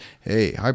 hey